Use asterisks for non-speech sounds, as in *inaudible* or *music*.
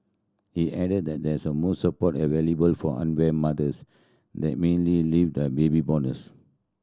he added that there is a most support available for unwed mothers than *unintelligible* leave the baby bonuses